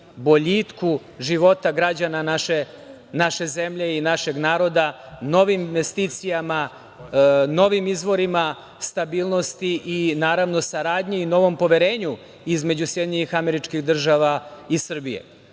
boljitku života građana naše zemlje i našeg naroda, novim investicijama, novim izvorima stabilnosti i naravno saradnji i novom poverenju između SAD i Srbije. Briselski sporazum.